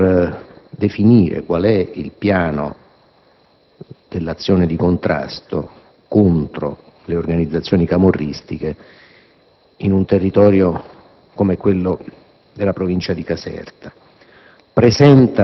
per definire qual è il piano dell'azione di contrasto alle organizzazioni camorristiche in un territorio come quello della Provincia di Caserta.